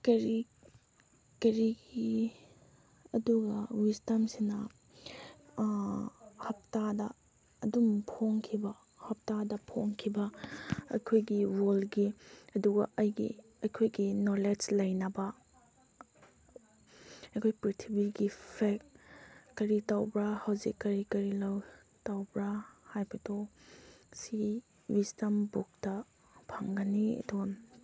ꯀꯔꯤ ꯀꯔꯤꯒꯤ ꯑꯗꯨꯒ ꯋꯤꯁꯗꯝꯁꯤꯅ ꯍꯞꯇꯥꯗ ꯑꯗꯨꯝ ꯐꯣꯡꯈꯤꯕ ꯍꯞꯇꯥꯗ ꯐꯣꯡꯈꯤꯕ ꯑꯩꯈꯣꯏꯒꯤ ꯋꯔꯜꯒꯤ ꯑꯗꯨꯒ ꯑꯩꯒꯤ ꯑꯩꯈꯣꯏꯒꯤ ꯅꯣꯂꯦꯖ ꯂꯩꯅꯕ ꯑꯩꯈꯣꯏ ꯄ꯭ꯔꯤꯊꯤꯕꯤꯒꯤ ꯐꯦꯛ ꯀꯔꯤ ꯇꯧꯕ꯭ꯔꯥ ꯍꯧꯖꯤꯛ ꯀꯔꯤ ꯀꯔꯤ ꯇꯧꯕ꯭ꯔꯥ ꯍꯥꯏꯕꯗꯨ ꯁꯤ ꯋꯤꯁꯗꯝ ꯕꯨꯛꯇ ꯐꯪꯒꯅꯤ ꯑꯗꯨꯝ